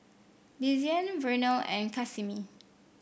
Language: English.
Desean Vernal and Casimir